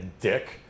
dick